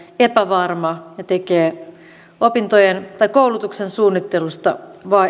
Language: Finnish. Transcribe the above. epävarma ja tekee koulutuksen suunnittelusta